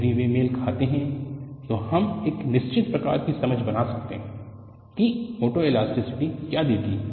यदि वे मेल खाते हैं तो हम एक निश्चित प्रकार की समझ बना सकते हैं कि फोटोइलास्टिसिटी क्या देती है